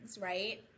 right